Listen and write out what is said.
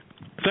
Thank